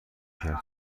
کرد